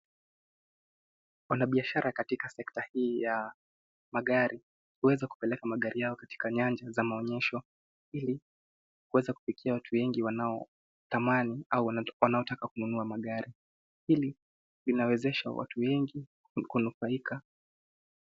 Wanabiashara katika sekta hii ya magari wameweza kupeleka magari yao katika nyanja za maonyesho ili waweze kufikia watu wengi wanaotamani au wanaotaka kununua magari. Hili linawezesha watu wengi kunufaika.